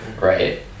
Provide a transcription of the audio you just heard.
right